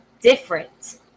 different